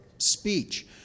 speech